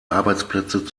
arbeitsplätze